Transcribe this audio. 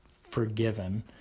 forgiven